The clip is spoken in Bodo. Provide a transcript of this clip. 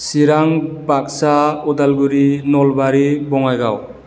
चिरां बाक्सा उदालगुरि नलबारि बङाइगाव